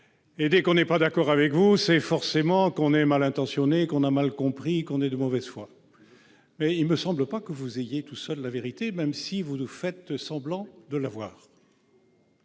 dès que l'on n'est pas d'accord avec vous, c'est forcément que l'on est mal intentionné, que l'on a mal compris, que l'on est de mauvaise foi. Pourtant, il ne me semble pas que vous déteniez seul la vérité, même si vous faites semblant de croire